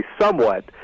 somewhat